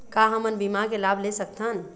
का हमन बीमा के लाभ ले सकथन?